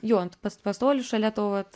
jo ant pas pastolių šalia to vat